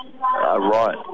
right